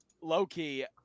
low-key